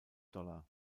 dollar